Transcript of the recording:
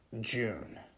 June